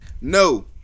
No